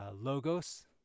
logos